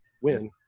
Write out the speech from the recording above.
win